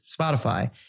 Spotify